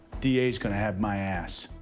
d a. is gonna have my ass.